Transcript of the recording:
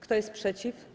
Kto jest przeciw?